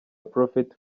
prophet